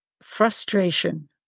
frustration